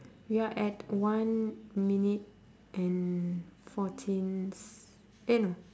we're at one minute and fourteen s~ eh no